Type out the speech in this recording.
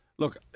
Look